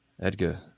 Edgar